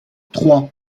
trois